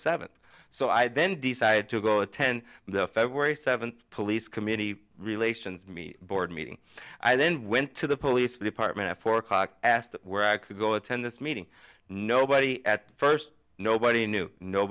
seventh so i then decided to go attend the february seventh police community relations me board meeting i then went to the police department at four o'clock asked where i could go attend this meeting nobody at first nobody knew no